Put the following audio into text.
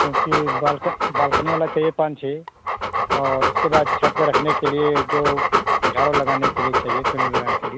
क्योंकि बाल्क बालकनी वाला चाहिए पाँच छ और इसके बाद छत पर रखने के लिए जो झाड़ू लगाने के लिए चाहिए पेड़ ओड़ लगाने के लिए